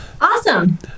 Awesome